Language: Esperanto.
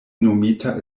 nomita